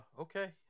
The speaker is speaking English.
Okay